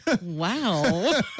wow